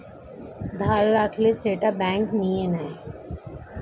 ধার রাখলে সেটা ব্যাঙ্ক নিয়ে নেয়